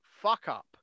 fuck-up